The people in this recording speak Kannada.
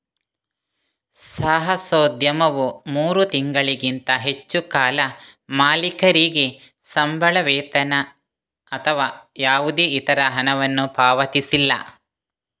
ಸಾಹಸೋದ್ಯಮವು ಮೂರು ತಿಂಗಳಿಗಿಂತ ಹೆಚ್ಚು ಕಾಲ ಮಾಲೀಕರಿಗೆ ಸಂಬಳ, ವೇತನ ಅಥವಾ ಯಾವುದೇ ಇತರ ಹಣವನ್ನು ಪಾವತಿಸಿಲ್ಲ